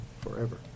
forever